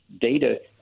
data